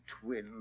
twin